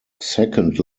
second